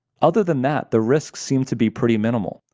other than that, the risks seem to be pretty minimal.